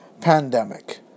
pandemic